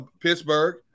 Pittsburgh